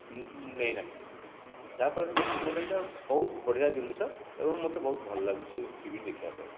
ନେଇନାହିଁ ଯାହାଫଳରେ କି ମୋର ଏଇଟା ବହୁତ ବଢ଼ିଆ ଜିନିଷ ଏବଂ ମୋତେ ବହୁତ ଭଲ ଲାଗୁଛି ସେ ଟିଭି ଦେଖିବା ପାଇଁ